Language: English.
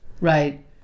Right